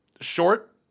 short